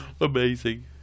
amazing